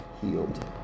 healed